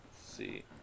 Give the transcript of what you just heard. see